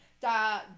Da